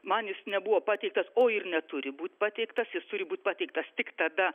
man jis nebuvo pateiktas o ir neturi būt pateiktas jis turi būt pateiktas tik tada